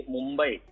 Mumbai